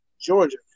Georgia